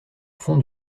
fond